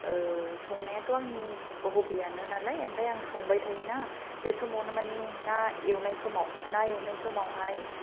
संनायाथ' आंनि हबियानो नालाय ओमफ्राय आं संबाय थायोना बे समावनो मानि ना एवनाय समाव ना एवनाय समावहाय